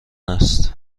است